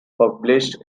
published